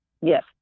Yes